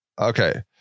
Okay